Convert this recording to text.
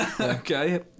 Okay